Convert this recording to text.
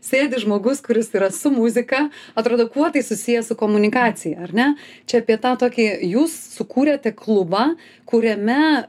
sėdi žmogus kuris yra su muzika atrodo kuo tai susiję su komunikacija ar ne čia apie tą tokį jūs sukūrėte klubą kuriame